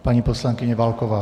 Paní poslankyně Válková.